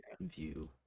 view